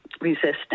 resistance